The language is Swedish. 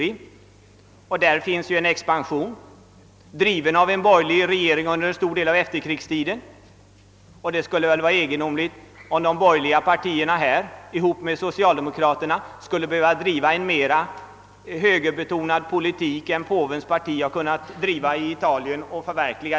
Inom den företagsgruppen förekommer en expansion, framdriven av en borgerlig regering under en stor del av efterkrigstiden. Det skulle väl vara egendomligt, om de borgerliga partierna här tillsammans med socialdemokraterna skulle behöva driva en mer högerbetonad politik än vad påvens parti kunnat förverkliga i Italien.